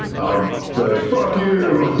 i'll say fuck you!